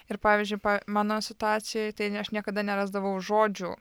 ir pavyzdžiui mano situacijoj tai ne aš niekada nerasdavau žodžių